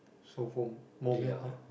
so for more milk ah